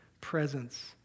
presence